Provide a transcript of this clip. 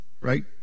right